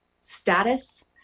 status